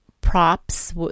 props